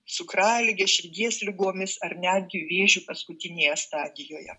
cukralige širdies ligomis ar netgi vėžiu paskutinėje stadijoje